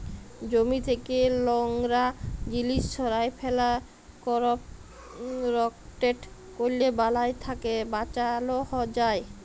জমি থ্যাকে লংরা জিলিস সঁরায় ফেলা, করপ রটেট ক্যরলে বালাই থ্যাকে বাঁচালো যায়